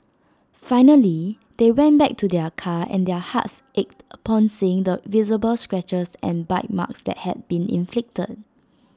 finally they went back to their car and their hearts ached upon seeing the visible scratches and bite marks that had been inflicted